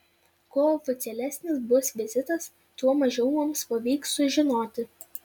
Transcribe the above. kuo oficialesnis bus vizitas tuo mažiau mums pavyks sužinoti